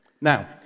Now